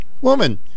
Woman